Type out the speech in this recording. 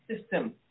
system